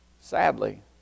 Sadly